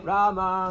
Rama